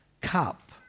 cup